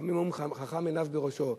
חכמים אומרים: חכם עיניו בראשו,